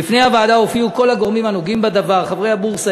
בפני הוועדה הופיעו כל הגורמים הנוגעים בדבר: חברי הבורסה,